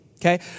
Okay